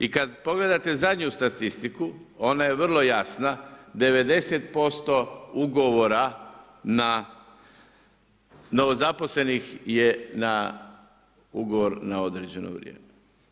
I kad pogledate zadnju statistiku, ona je vrlo jasna, 90% ugovora na novozaposlenih je na ugovor na određeno vrijeme.